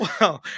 wow